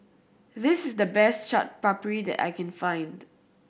this is the best Chaat Papri that I can find